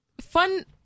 fun